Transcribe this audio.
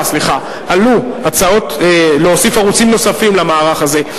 עלו הצעות להוסיף ערוצים נוספים למערך הזה,